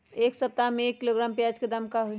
एक सप्ताह में एक किलोग्राम प्याज के दाम का होई?